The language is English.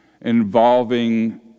involving